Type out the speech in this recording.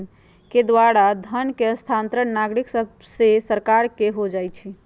के द्वारा धन के स्थानांतरण नागरिक सभसे सरकार के हो जाइ छइ